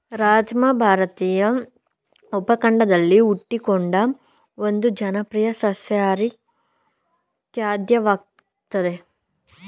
ರಾಜ್ಮಾ ಭಾರತೀಯ ಉಪಖಂಡದಲ್ಲಿ ಹುಟ್ಟಿಕೊಂಡ ಒಂದು ಜನಪ್ರಿಯ ಸಸ್ಯಾಹಾರಿ ಖಾದ್ಯವಾಗಯ್ತೆ